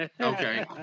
Okay